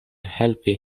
helpi